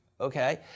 okay